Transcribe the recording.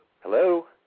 Hello